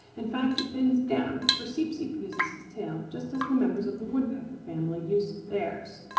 in fact, it bends down, for seep-seep uses his tail just as the members of the woodpecker family use theirs.